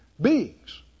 beings